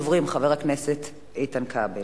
ראשון הדוברים, חבר הכנסת איתן כבל.